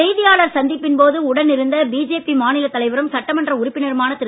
செய்தியாளர் சந்திப்பின் போது உடன் இருந்த பாஜக மாநிலத் தலைவரும் சட்டமன்ற உறுப்பினருமான திரு